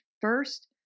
First